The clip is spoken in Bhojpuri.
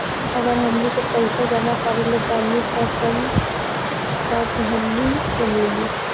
अगर हमनी के पइसा जमा करले बानी सन तब हमनी के मिली